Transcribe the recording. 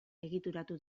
egituratu